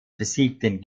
besiegten